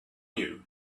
you